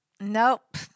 nope